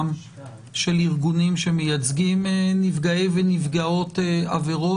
של ארגונים שמייצגים נפגעי ונפגעות עברות.